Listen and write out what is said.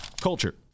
Culture